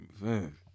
Man